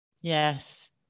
Yes